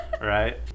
right